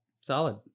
solid